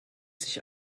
sich